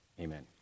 Amen